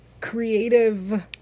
creative